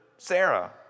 Sarah